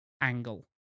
angle